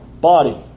Body